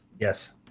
Yes